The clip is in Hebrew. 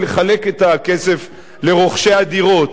ולחלק את הכסף לרוכשי הדירות.